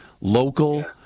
local